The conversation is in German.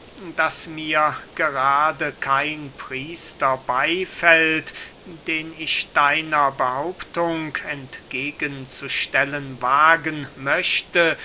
daß mir gerade kein priester beyfällt den ich deiner behauptung entgegen zu stellen wagen möchte